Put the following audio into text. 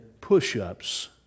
push-ups